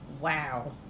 Wow